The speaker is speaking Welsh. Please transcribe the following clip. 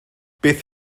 beth